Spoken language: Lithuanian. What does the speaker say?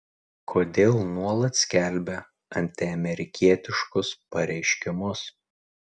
kodėl nuolat skelbia antiamerikietiškus pareiškimus